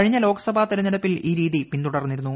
കഴിഞ്ഞ ലോക്സഭാ തെരഞ്ഞെടുപ്പിൽ പ്രജ്ഞ രീതി പിന്തുടർന്നിരുന്നു